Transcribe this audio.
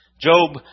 Job